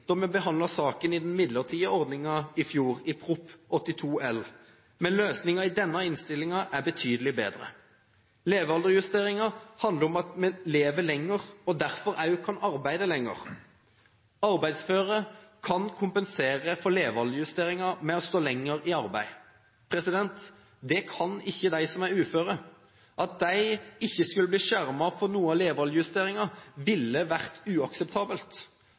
da vi behandlet saken om den midlertidige ordningen i fjor, i Prop. 82 L for 2009–2010, men løsningen i denne innstillingen er betydelig bedre. Levealdersjusteringen handler om at vi lever lenger og derfor også kan arbeide lenger. Arbeidsføre kan kompensere for levealdersjusteringen med å stå lenger i arbeid. Det kan ikke de som er uføre. At de ikke skulle bli skjermet for noe av levealdersjusteringen, ville vært uakseptabelt.